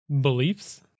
beliefs